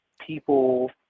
people